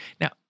now